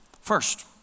First